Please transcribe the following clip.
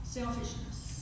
Selfishness